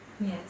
Yes